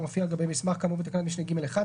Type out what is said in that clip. המופיע על גבי מסמך כאמור בתקנת משנה (ג)(1),